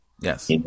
Yes